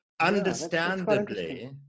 understandably